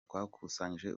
twakusanyije